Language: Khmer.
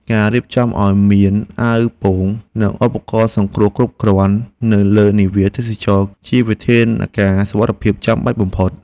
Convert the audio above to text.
ការរៀបចំឱ្យមានអាវពោង និងឧបករណ៍សង្គ្រោះគ្រប់គ្រាន់នៅលើនាវាទេសចរណ៍ជាវិធានការសុវត្ថិភាពចាំបាច់បំផុត។